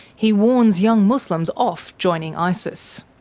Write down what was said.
he warns young muslims off joining isis.